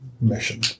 mission